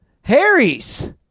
Harry's